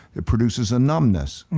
it produces a numbness.